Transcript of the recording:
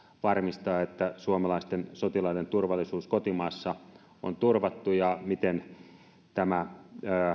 varmistaa että suomalaisten sotilaiden turvallisuus kotimaassa on turvattu ja miten tämä